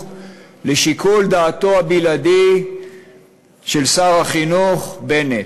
לשיקול דעתו הבלעדי של שר החינוך בנט.